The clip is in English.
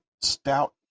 stout